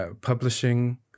publishing